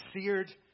seared